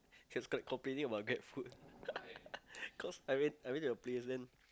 he was like complaining about grabfood cause I went I went to the place and then